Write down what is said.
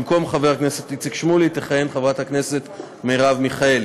במקום חבר הכנסת איציק שמולי תכהן חברת הכנסת מרב מיכאלי.